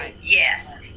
yes